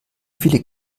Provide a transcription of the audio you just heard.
viele